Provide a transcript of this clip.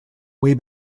way